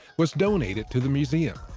was donated to the museum.